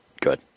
good